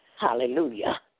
hallelujah